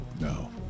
No